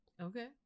Okay